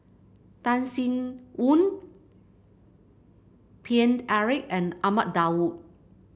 Tan Sin Aun Paine Eric and Ahmad Daud